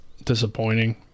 disappointing